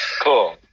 cool